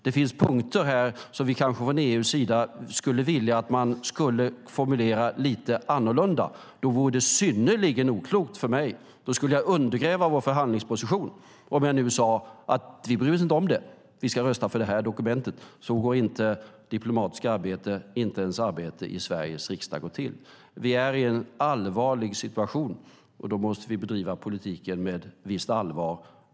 Det finns punkter som vi i EU kanske skulle vilja att man formulerade lite annorlunda. Då vore det synnerligen oklokt av mig - då skulle jag undergräva vår förhandlingsposition - att säga att vi inte bryr oss om det och att vi ska rösta för det här dokumentet. Så går inte diplomatiskt arbete och inte ens arbete i Sveriges riksdag till. Vi befinner oss i en allvarlig situation, och då måste vi bedriva politiken med visst allvar.